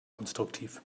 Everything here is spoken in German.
konstruktiv